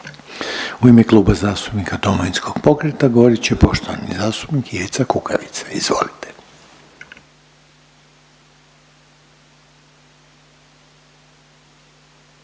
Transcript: U ime Kluba zastupnika Domovinskog pokreta, govorit će poštovani zastupnik Ivica Kukavica, izvolite.